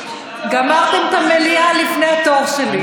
גמרתם את המליאה לפני התור שלי.